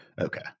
okay